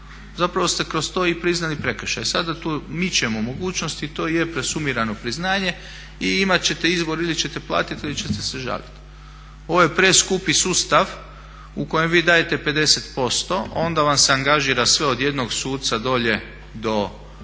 zapravo ste i kroz to priznali prekršaj. Sada tu mičemo mogućnost i to je presumirano priznanje i imat ćete izbor ili ćete platiti ili ćete se žaliti. Ovo je preskupi sustav u kojem vi dajete 50% onda vam se angažira sve od jednog suca dolje do